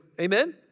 Amen